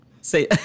Say